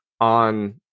on